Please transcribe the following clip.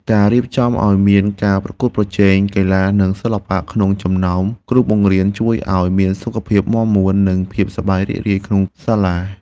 ការរៀបចំឱ្យមានការប្រកួតប្រជែងកីឡានិងសិល្បៈក្នុងចំណោមគ្រូបង្រៀនជួយឱ្យមានសុខភាពមាំមួននិងភាពសប្បាយរីករាយក្នុងសាលា។